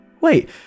Wait